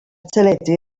teledu